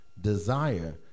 Desire